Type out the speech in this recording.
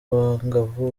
abangavu